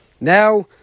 Now